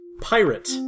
Pirate